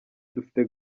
dufite